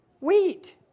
Wheat